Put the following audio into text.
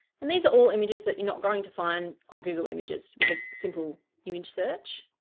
and these are all images that you're not going to find on google images with a simple image search.